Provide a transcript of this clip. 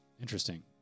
Interesting